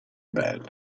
bell